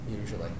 usually